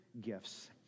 Gifts